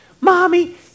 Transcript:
Mommy